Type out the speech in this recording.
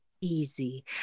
easy